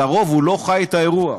לרוב הוא לא חי את האירוע,